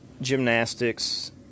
gymnastics